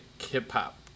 hip-hop